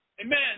amen